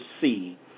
see